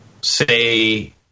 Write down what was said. say